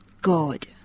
God